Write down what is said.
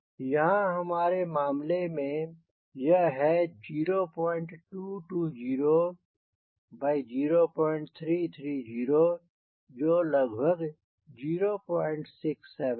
यहाँ पर हमारे मामले में यह है 0220 by 0330 जो लगभग 067 है